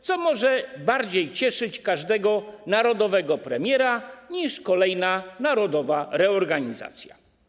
Co może bardziej cieszyć każdego narodowego premiera niż kolejna narodowa reorganizacja?